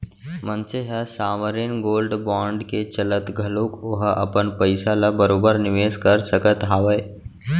मनसे ह sovereign gold bond के चलत घलोक ओहा अपन पइसा ल बरोबर निवेस कर सकत हावय